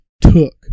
took